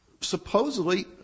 supposedly